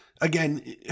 again